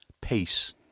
Peace